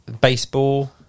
baseball